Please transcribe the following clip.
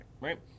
right